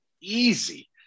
easy